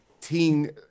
teen